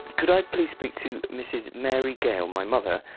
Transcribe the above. could i please speak to mrs. mary gale, my mother?